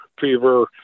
fever